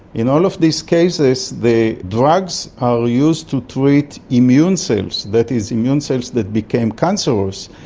in all of these cases the drugs are used to treat immune cells, that is immune cells that became cancerous.